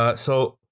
ah so,